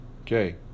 okay